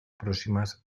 próximas